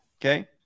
Okay